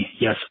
yes